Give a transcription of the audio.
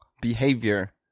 behavior